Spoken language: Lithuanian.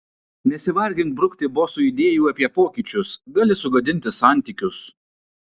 nesivargink brukti bosui idėjų apie pokyčius gali sugadinti santykius